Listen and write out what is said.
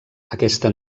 aquesta